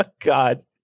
God